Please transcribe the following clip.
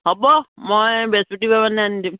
হ'ব মই বৃহস্পতিবাৰ মানে আনি দিম